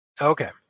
Okay